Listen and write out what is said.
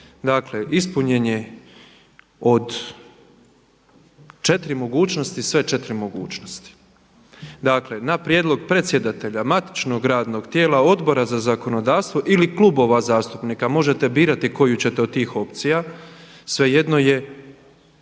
Dakle, ispunjen je od 4 mogućnosti, sve 4 mogućnosti. Dakle, „Na prijedlog predsjedatelja matičnog radnog tijela, Odbora za zakonodavstvo ili klubova zastupnika…“, možete birati koju ćete od tih opcija, svejedno je